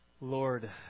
Lord